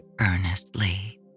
earnestly